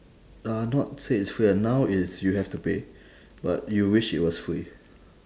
uh not say it's free ah now is you have to pay but you wish it was free